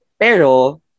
Pero